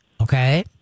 okay